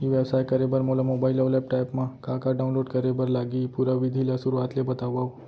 ई व्यवसाय करे बर मोला मोबाइल अऊ लैपटॉप मा का का डाऊनलोड करे बर लागही, पुरा विधि ला शुरुआत ले बतावव?